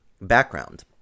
Background